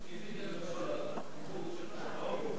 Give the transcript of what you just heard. יש לי משהו מיוחד להגיד.